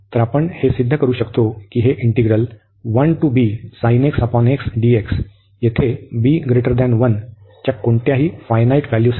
तर आपण हे सिद्ध करू शकतो की हे इंटिग्रल येथे b 1 च्या कोणत्याही फायनाईट व्हॅल्यूसाठी